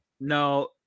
No